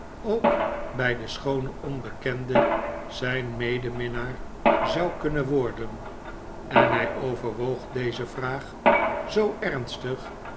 ook bij de schoone onbekende zijn medeminnaar zou kunnen worden en hij overwoog deze vraag zoo ernstig